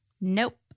Nope